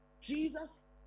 Jesus